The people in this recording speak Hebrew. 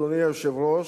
אדוני היושב-ראש,